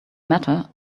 matter